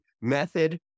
method